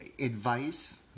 Advice